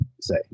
say